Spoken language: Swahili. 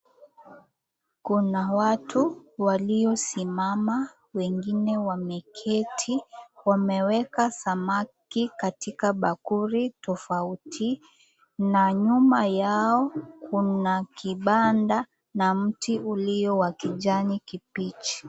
Kuna watu waliosimama, wengine wameketi, wameweka samaki katika bakuli tofauti na nyuma yao kuna kibanda na mti ulio wa kijani kibichi